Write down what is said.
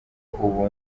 ubu